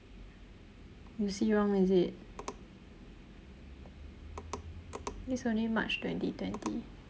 you see wrong is it this is only march twenty twenty